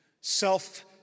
self